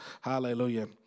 Hallelujah